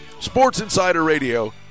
SportsInsiderRadio